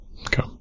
Okay